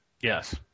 Yes